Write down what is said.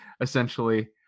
essentially